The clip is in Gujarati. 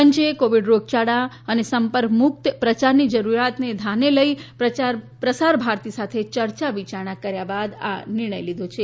પંચે કોવિડ રોગયાળા અને સંપર્ક મુકત પ્રયારની જરૂરીયાતને ધ્યાને લઇ પ્રસાર ભારતી સાથે ચર્ચા વિચારણા બાદ આ નિર્ણય લીધો છે